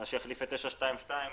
מה שיחליף את 922,